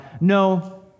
No